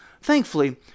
Thankfully